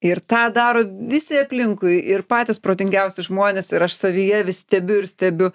ir tą daro visi aplinkui ir patys protingiausi žmonės ir aš savyje vis stebiu ir stebiu